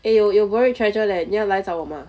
eh 有有 buried treasure leh 你要来找我吗